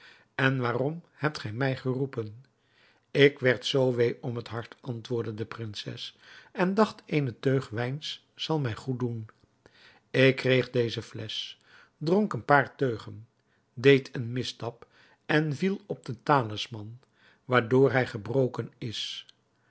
en waarom hebt gij mij geroepen ik werd zoo wee om het hart antwoordde de prinses en dacht eene teug wijns zal mij goed doen ik kreeg deze flesch dronk een paar teugen deed een misstap en viel op den talisman waardoor hij gebroken is